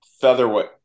Featherweight